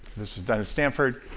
this was done at stanford.